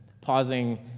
pausing